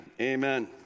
Amen